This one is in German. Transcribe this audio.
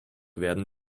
werden